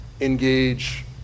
engage